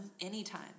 anytime